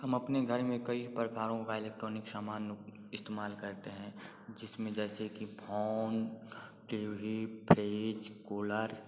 हम अपने घर में कई प्रकारों का इलेक्ट्रॉनिक सामान इस्तेमाल करते हैं जिसमें जैसे कि phone T V fridge cooler